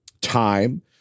time